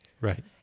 Right